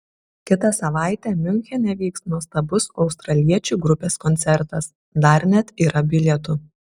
kitą savaitę miunchene vyks nuostabus australiečių grupės koncertas dar net yra bilietų